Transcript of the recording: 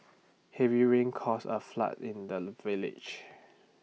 heavy rain caused A flood in the village